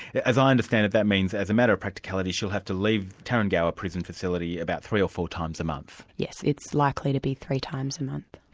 as i understand it, that means as a matter of practicality, she'll have to leave tarrengower prison facility about three or four times a month. yes, it's likely to be three times a month.